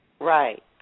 Right